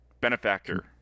Benefactor